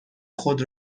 خود